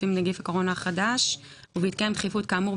עם נגיף הקורונה החדש (הוראת שעה),